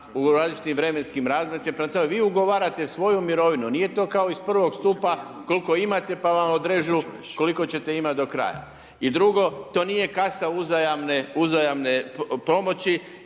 u različitim vremenskim razmacima. Prema tome, vi ugovarate svoju mirovinu, nije to kao iz prvog stupa koliko imate pa vam odrežu koliko ćete imati do kraja. I drugo, to nije kasa uzajamne pomoći